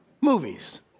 Movies